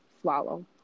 swallow